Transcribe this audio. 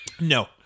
no